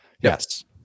Yes